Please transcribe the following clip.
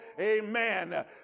Amen